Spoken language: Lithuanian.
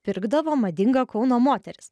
pirkdavo madinga kauno moteris